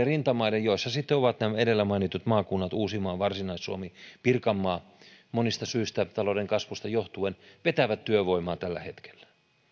rintamaat joissa ovat nämä edellä mainitut maakunnat uusimaa varsinais suomi pirkanmaa monista syistä talouden kasvusta johtuen vetävät työvoimaa tällä hetkellä